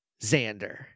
Xander